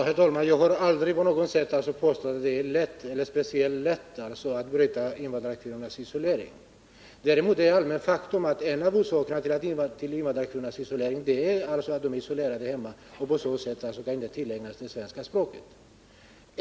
Herr talman! Jag har aldrig påstått att det är speciellt lätt att bryta invandrarkvinnornas isolering. Däremot är det ett allmänt känt faktum att en av orsakerna till denna isolering är att kvinnorna är isolerade hemma och därigenom inte kan tillägna sig det svenska språket.